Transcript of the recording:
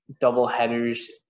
double-headers